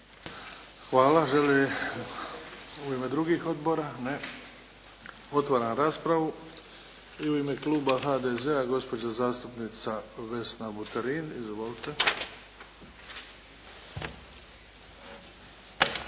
Hvala. Želi u ime drugih odbora? Ne. Otvaram raspravu. I u ime kluba HDZ-a gospođa zastupnica Vesna Buterin. Izvolite.